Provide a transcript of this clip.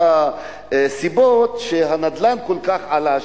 אחת הסיבות שהנדל"ן כל כך עלה,